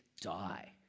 die